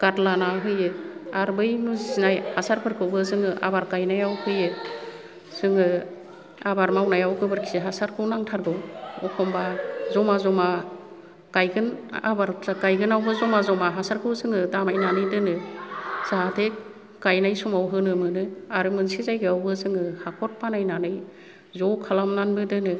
गारलानानै होयो आरो बै मुसिनाय हासार फोरखौबो जोङो आबार गायनायाव होयो जोङो आबाद मावनायाव गोबोरखि हासारखौ नांथारगोै अखमबा जमा जमा गायगोन आबाद गायगोनावबो जमा जमा हासारखौ जोङो दामायनानै दोनो जाहाथे गायनाय समाव होनो मोनो आरो मोनसे जायगायावबो जोङो हाखर बानायनानै ज' खालामनानैबो दोनो